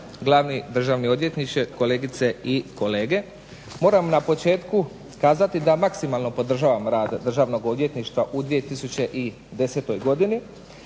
glavni državni odvjetniče, kolegice i kolege. Moram kazati na početku da maksimalno podržavam rad državnog odvjetništva u 2010. godini,